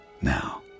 now